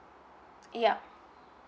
yeah